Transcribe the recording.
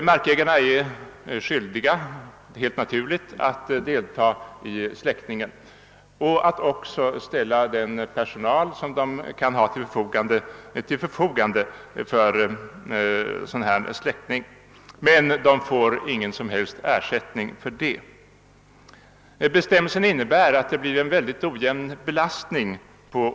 Markägarna är helt naturligt skyldiga att delta i släckningen och även att ställa sin personal till förfogande för släckningsarbetet, men de får ingen ersättning för detta. Systemet innebär emellertid att belastningen blir mycket ojämn för olika markägare.